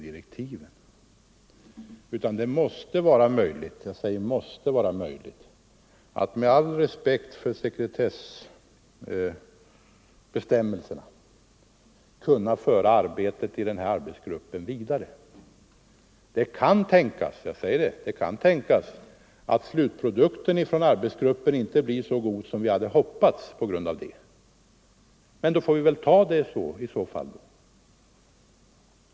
Det måste vara möjligt att med all respekt för sekretessbestämmelserna kunna föra arbetet i arbetsgruppen vidare. Det kan tänkas att slutprodukten från arbetsgruppen inte blir så god som vi hade hoppats på grund av detta. Men då får vi finna oss i det.